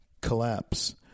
Collapse